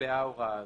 נקבעה ההוראה הזאת.